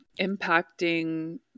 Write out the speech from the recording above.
impacting